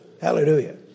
Hallelujah